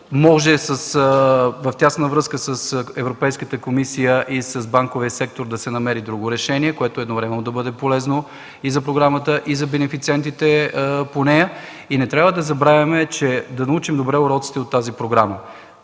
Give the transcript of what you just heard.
Може в тясна връзка с Европейската комисия и с банковия сектор да се намери друго решение, което да бъде полезно едновременно и за програмата, и за бенефициентите по нея. Не трябва да забравяме да си научим добре уроците от тази програма.